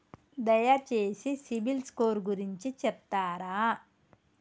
దయచేసి CIBIL score గురించి చెప్తరా?